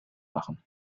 machen